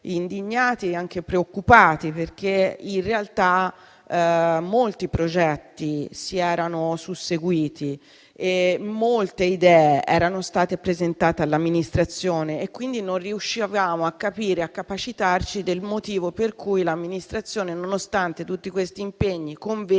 indignati e anche preoccupati perché, in realtà, molti progetti si erano susseguiti e molte idee erano state presentate all'amministrazione. Quindi, non riuscivamo a capire e capacitarci del motivo per cui l'amministrazione comunale, nonostante tutti gli impegni, convegni